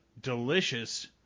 delicious